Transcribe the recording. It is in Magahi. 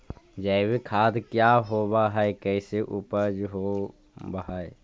जैविक खाद क्या होब हाय कैसे उपज हो ब्हाय?